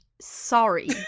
Sorry